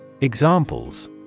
Examples